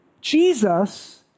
Jesus